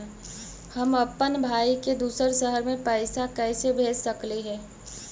हम अप्पन भाई के दूसर शहर में पैसा कैसे भेज सकली हे?